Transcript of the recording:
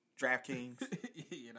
DraftKings